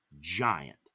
giant